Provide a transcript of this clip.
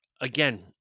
again